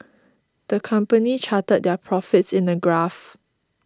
the company charted their profits in a graph